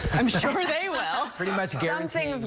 i'm sure sure they will pretty much guarantee